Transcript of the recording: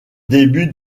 début